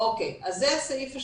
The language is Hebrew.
זה הסעיף השני.